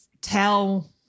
tell